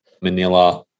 Manila